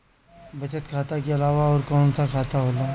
बचत खाता कि अलावा और कौन कौन सा खाता होला?